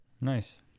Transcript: Nice